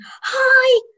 Hi